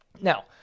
now